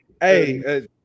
Hey